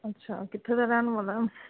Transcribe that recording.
ਅੱਛਾ ਕਿੱਥੋਂ ਦਾ ਰਹਿਣ ਵਾਲਾ